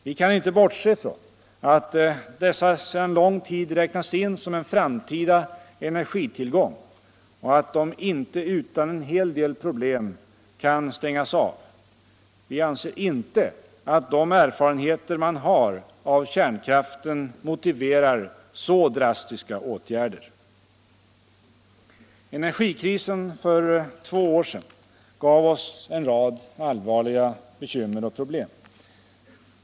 Vi kan inte bortse från att dessa sedan lång tid räknats in som en framtida energitillgång och att de inte utan en hel del problem kan stängas av. Vi anser inte att de erfarenheter man har av kärnkraften motiverar så drastiska åtgärder. Energikrisen för två år sedan gav oss en rad allvarliga bekymmer och problem.